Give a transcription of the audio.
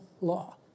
law